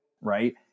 right